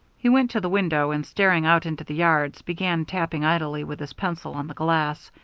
he went to the window and, staring out into the yards, began tapping idly with his pencil on the glass.